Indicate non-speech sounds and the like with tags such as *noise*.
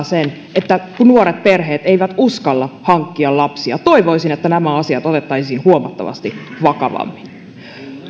*unintelligible* sen että nuoret perheet eivät uskalla hankkia lapsia toivoisin että nämä asiat otettaisiin huomattavasti vakavammin